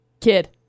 Kid